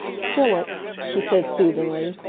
philip, she said soothingly,